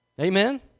Amen